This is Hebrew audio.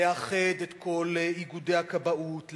לאחד את כל איגודי הכבאות,